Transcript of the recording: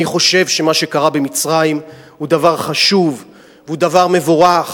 אני חושב שמה שקרה במצרים הוא דבר חשוב והוא דבר מבורך,